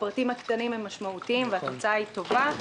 הפרטים הקטנים הם משמעותיים והתוצאה היא טובה.